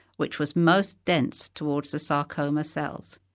which was most dense towards the sarcoma cells.